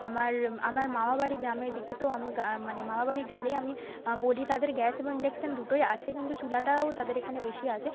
আমার আমার মামাবাড়ি গ্রামের দিকে তো আমি গা মানে মামাবাড়ি গেলেই আমি বলি তাদের গ্যাস এবং ইন্ডাকশান দুটোই আছে কিন্তু চুলাটাও তাদের এখানে বেশি আছে